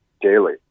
daily